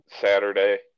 Saturday